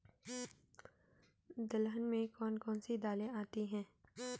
दलहन में कौन कौन सी दालें आती हैं?